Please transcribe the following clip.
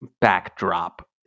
backdrop